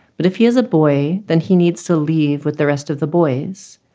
but if he is a boy, then he needs to leave with the rest of the boys.